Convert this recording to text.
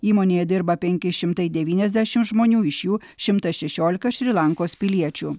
įmonėje dirba penki šimtai devyniasdešimt žmonių iš jų šimtas šešiolika šri lankos piliečių